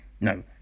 no